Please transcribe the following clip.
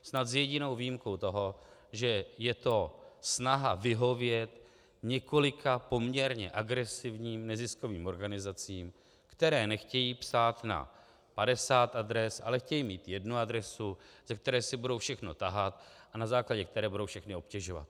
Snad s jedinou výjimkou toho, že je to snaha vyhovět několika poměrně agresivním neziskovým organizacím, které nechtějí psát na 50 adres, ale chtějí mít jednu adresu, ze které si budou všechno tahat a na základě které budou všechny obtěžovat.